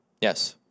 Yes